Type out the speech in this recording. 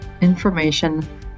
information